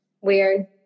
Weird